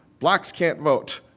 blacks can't vote.